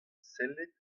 sellet